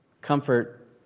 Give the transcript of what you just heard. comfort